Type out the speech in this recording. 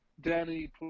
Danny